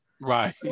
right